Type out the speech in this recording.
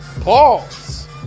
Pause